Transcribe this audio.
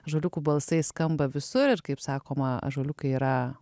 ąžuoliukų balsai skamba visur ir kaip sakoma ąžuoliukai yra